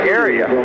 area